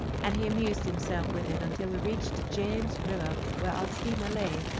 and he amused himself with it until we reached james river, where our steamer lay.